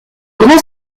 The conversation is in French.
grand